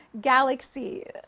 galaxy